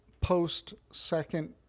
post-second